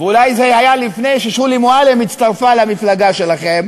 ואולי זה היה לפני ששולי מועלם הצטרפה למפלגה שלכם,